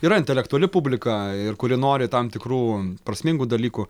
yra intelektuali publika kuri nori tam tikrų prasmingų dalykų